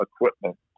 equipment